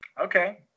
Okay